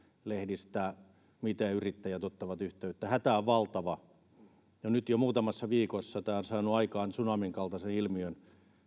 lehdistä näen miten yrittäjät ottavat yhteyttä hätä on valtava nyt jo muutamassa viikossa tämä on saanut aikaan tsunamin kaltaisen ilmiön